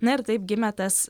na ir taip gimė tas